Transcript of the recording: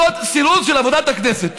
זה סירוס של עבודת הכנסת.